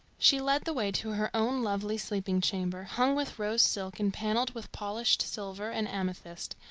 she led the way to her own lovely sleeping-chamber, hung with rose silk and panelled with polished silver and amethyst,